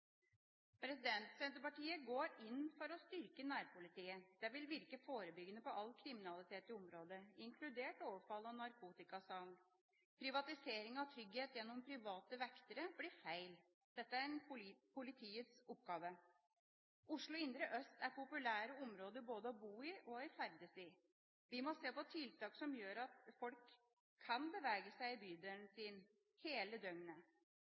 Senterpartiet går inn for å styrke nærpolitiet – det vil virke forebyggende på all kriminalitet i området, inkludert overfall og narkotikasalg. Privatisering av trygghet gjennom private vektere blir feil. Dette er politiets oppgave. Oslo indre øst er et populært område både å bo og ferdes i. Vi må se på tiltak som gjør at folk kan bevege seg i bydelen sin hele døgnet.